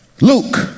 Luke